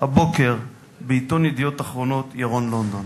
הבוקר בעיתון "ידיעות אחרונות" ירון לונדון.